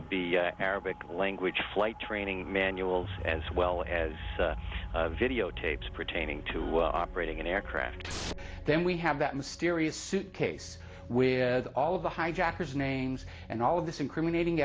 to be arabic language flight training manual as well as videotapes pertaining to operating an aircraft then we have that mysterious suitcase with all of the hijackers names and all of this incriminating